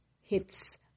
hits